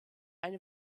eine